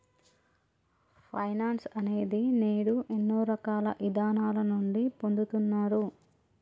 finance అనేది నేడు ఎన్నో రకాల ఇదానాల నుండి పొందుతున్నారు